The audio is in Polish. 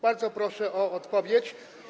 Bardzo proszę o odpowiedź.